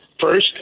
first